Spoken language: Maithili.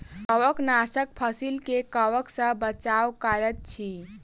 कवकनाशक फसील के कवक सॅ बचाव करैत अछि